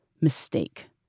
mistake